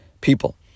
people